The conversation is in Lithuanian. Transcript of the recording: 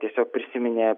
tiosiog prisiminė